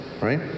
right